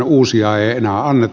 uusia ei enää anneta